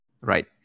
Right